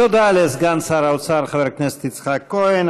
תודה לסגן שר האוצר חבר הכנסת יצחק כהן.